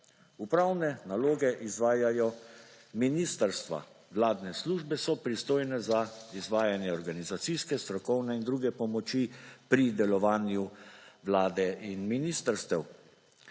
Upravne naloge izvajajo ministrstva, vladne službe so pristojne za izvajanje organizacijske, strokovne in druge pomoči pri delovanju vlade in ministrstev.